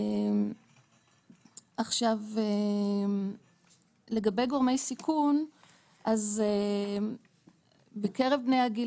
עכשיו לגבי גורמי סיכון אז בקרב בני הגיל